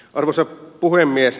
arvoisa puhemies